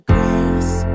Grace